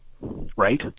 Right